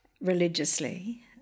religiously